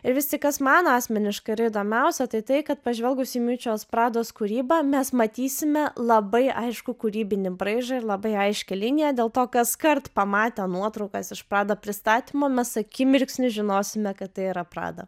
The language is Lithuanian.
visi kas man asmeniškai įdomiausia tai tai kad pažvelgus į miučios prados kūrybą mes matysime labai aišku kūrybinį braižą ir labai aiškią liniją dėl to kaskart pamatę nuotraukas iš prada pristatymo mes akimirksniu žinosime kad tai yra prada